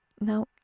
now